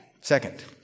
Second